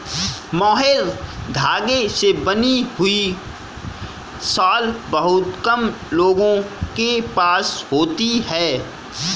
mohair धागे से बनी हुई शॉल बहुत कम लोगों के पास होती है